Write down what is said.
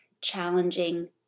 challenging